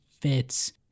fits